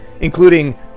including